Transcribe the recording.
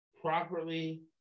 properly